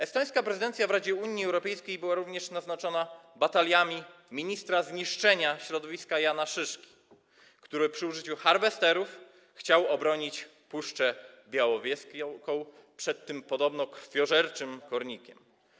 Estońska prezydencja w Radzie Unii Europejskiej była również naznaczona bataliami ministra zniszczenia środowiska Jana Szyszki, którzy przy użyciu harvesterów chciał obronić Puszczę Białowieską przed tym podobno krwiożerczym kornikiem.